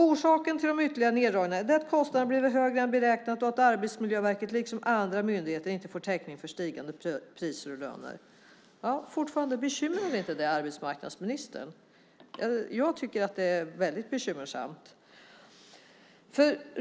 Orsaken till de ytterligare neddragningarna är att kostnaderna blir högre än beräknat och att Arbetsmiljöverket liksom andra myndigheter inte får täckning för stigande priser och löner. Bekymrar det inte arbetsmarknadsministern? Jag tycker att det är väldigt bekymmersamt.